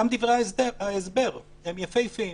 גם דברי ההסבר הם יפהפיים.